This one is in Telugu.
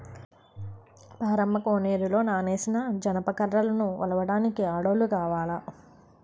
పారమ్మ కోనేరులో నానేసిన జనప కర్రలను ఒలడానికి ఆడోల్లు కావాల